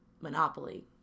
Monopoly